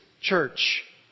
church